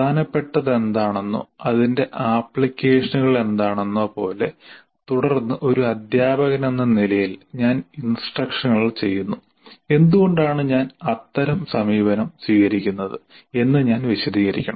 പ്രധാനപ്പെട്ടതെന്താണെന്നോ അതിന്റെ ആപ്ലിക്കേഷനുകൾ എന്താണെന്നോ പോലെ തുടർന്ന് ഒരു അദ്ധ്യാപകനെന്ന നിലയിൽ ഞാൻ ഇൻസ്ട്രക്ഷനുകൾ ചെയ്യുന്നു എന്തുകൊണ്ടാണ് ഞാൻ അത്തരം സമീപനം സ്വീകരിക്കുന്നത് എന്ന് ഞാൻ വിശദീകരിക്കണം